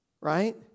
right